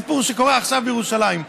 סיפור שקורה עכשיו בירושלים.